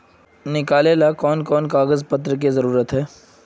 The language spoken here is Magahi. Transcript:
निकाले ला कोन कोन कागज पत्र की जरूरत है?